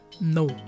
no